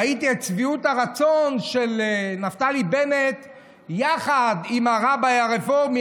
ראיתי את שביעות הרצון של נפתלי בנט יחד עם הרביי הרפורמי,